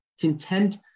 content